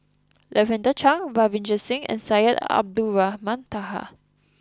Lavender Chang Ravinder Singh and Syed Abdulrahman Taha